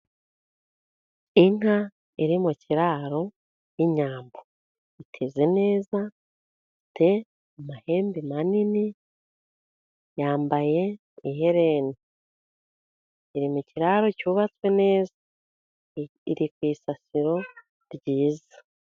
Inka iri mu kiraro y'inyambo. Iteze neza ifite amahembe manini, yambaye iherena. Iri mu kiraro cyubatswe neza, iri ku isasiro ryiza.